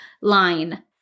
line